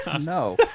no